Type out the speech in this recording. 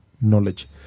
knowledge